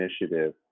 initiative